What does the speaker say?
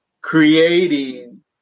creating